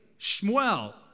Shmuel